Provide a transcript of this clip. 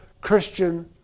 Christian